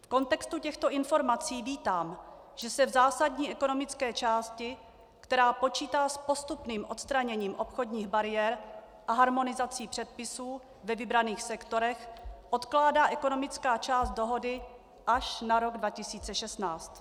V kontextu těchto informací vítám, že se v zásadní ekonomické části, která počítá s postupným odstraněním obchodních bariér a harmonizací předpisů ve vybraných sektorech, odkládá ekonomická část dohody až na rok 2016.